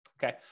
Okay